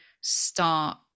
start